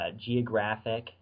geographic